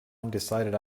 undecided